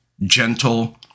gentle